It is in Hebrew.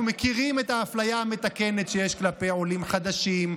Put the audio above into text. אנחנו מכירים את האפליה המתקנת שיש כלפי עולים חדשים,